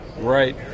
Right